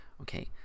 Okay